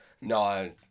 no